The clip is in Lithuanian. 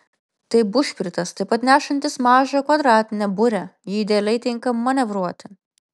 tai bušpritas taip pat nešantis mažą kvadratinę burę ji idealiai tinka manevruoti